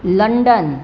London